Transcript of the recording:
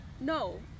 no